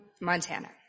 Montana